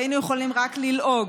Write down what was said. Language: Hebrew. והיינו יכולים רק ללעוג,